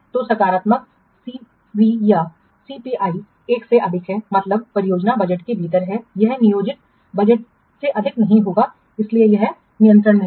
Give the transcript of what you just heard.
तो सकारात्मक सीवी या सीपीआई 1 से अधिक है मतलब परियोजना बजट के भीतर है यह नियोजित बजट से अधिक नहीं होगा इसलिए यह नियंत्रण में है